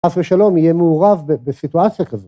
חס ושלום יהיה מעורב בסיטואציה כזאת.